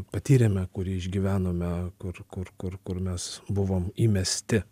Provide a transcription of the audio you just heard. patyrėme kurį išgyvenome kur kur kur kur mes buvom įmesti